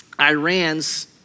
Iran's